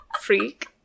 Freak